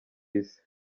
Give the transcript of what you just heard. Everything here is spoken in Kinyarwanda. isi